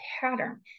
pattern